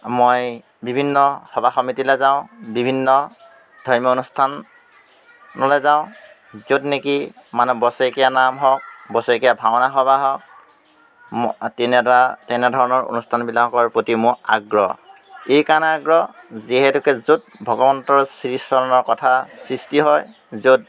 মই বিভিন্ন সভা সমিতিলৈ যাওঁ বিভিন্ন ধৰ্মীয় অনুষ্ঠানলৈ যাওঁ য'ত নেকি মানে বছেৰেকীয়া নাম হওক বছেৰেকীয়া ভাওনা সবাহ হওক তেনেদৰে তেনেধৰণৰ অনুষ্ঠানবিলাকৰ প্ৰতি মোৰ আগ্ৰহ এইকাৰণে আগ্ৰহ যিহেতুকে য'ত ভগৱন্তৰ শ্ৰীচৰণৰ কথা সৃষ্টি হয় য'ত